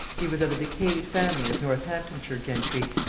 he was of a decayed family of northamptonshire gentry,